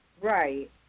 Right